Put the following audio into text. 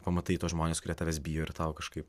pamatai tuos žmones kurie tavęs bijo ir tau kažkaip